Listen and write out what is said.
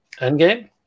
Endgame